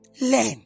Learn